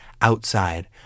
Outside